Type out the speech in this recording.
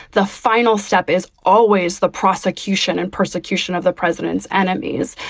the final step is always the prosecution and persecution of the president's enemies.